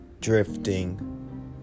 drifting